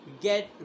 get